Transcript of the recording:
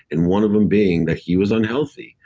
and one of them being that he was unhealthy.